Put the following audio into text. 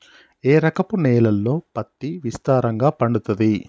ఏ రకపు నేలల్లో పత్తి విస్తారంగా పండుతది?